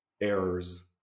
errors